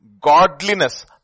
godliness